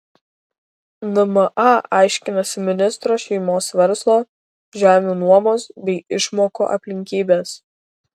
nma aiškinasi ministro šeimos verslo žemių nuomos bei išmokų aplinkybes